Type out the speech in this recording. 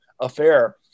affair